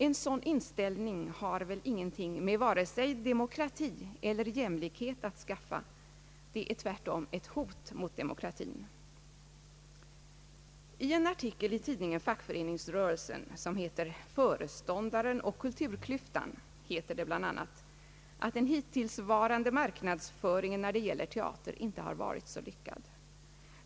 En sådan inställning har väl ingenting med vare sig demokrati eller jämlikhet att skaffa. Den är tvärtom ett hot mot demokratin. I en artikel i tidningen Fackföreningsrörelsen med rubriken »Föreståndaren och kulturklyftan» heter det bl.a. att den hittillsvarande marknadsföringen när det gäller teater inte har varit så lyckad.